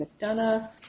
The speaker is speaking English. McDonough